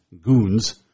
goons